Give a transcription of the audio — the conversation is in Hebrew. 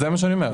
זה מה שאני אומר.